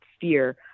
fear